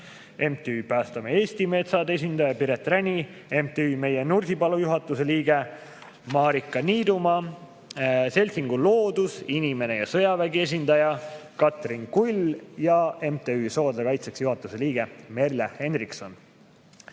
MTÜ Päästame Eesti Metsad esindaja Piret Räni, MTÜ Meie Nursipalu juhatuse liige Maarika Niidumaa, seltsingu Loodus, Inimene ja Sõjavägi esindaja Katrin Kull ja MTÜ Soodla Kaitseks juhatuse liige Merle Hendrikson.